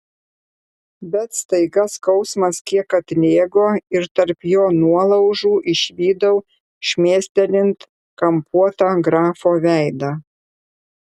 bet staiga skausmas kiek atlėgo ir tarp jo nuolaužų išvydau šmėstelint kampuotą grafo veidą